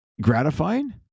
gratifying